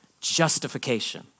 Justification